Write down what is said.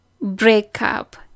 breakup